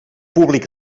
públic